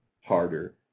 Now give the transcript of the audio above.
harder